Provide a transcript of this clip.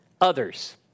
others